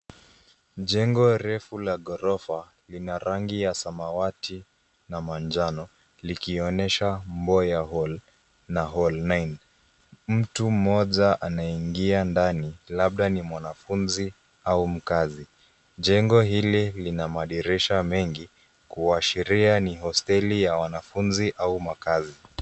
Jengo refu la ghorofa lina rangi wa samawati na majano likionyesha Mboya hall na hall nine . Mtu mmoja anaingia ndani labda ni mwanafunzi au mkazi. Jengo hii lina madirisha mengi, kuwashiria ni hosteli ya wanafunzi au makazi